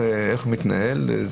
איך מתנהל.